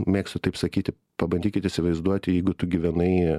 mėgstu taip sakyti pabandykit įsivaizduoti jeigu tu gyvenai